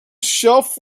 shelf